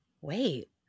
wait